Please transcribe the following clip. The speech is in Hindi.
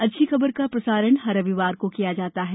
अच्छी खबर का प्रसारण हर रविवार को किया जाता है